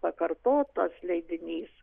pakartotas leidinys